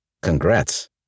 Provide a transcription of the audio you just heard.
congrats